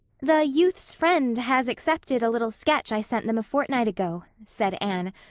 the youth's friend has accepted a little sketch i sent them a fortnight ago, said anne,